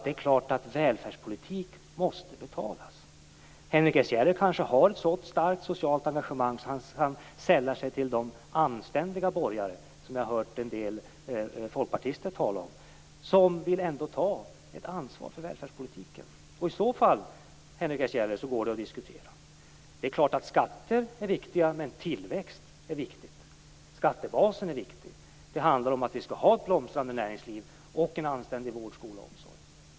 Det är klart att välfärdspolitik måste betalas. Henrik S Järrel har kanske ett så starkt socialt engagemang att han sällar sig till de anständiga borgare som jag har hört en del folkpartister tala om och som ändå vill ta ett ansvar för välfärdspolitiken. I så fall, Henrik S Järrel, går det att diskutera. Det är klart att skatter är viktiga men tillväxt är också viktigt. Skattebasen är viktig. Det handlar om att vi skall ha ett blomstrande näringsliv och en anständig vård, skola och omsorg.